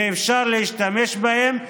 ואפשר להשתמש בהם.